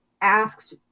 asked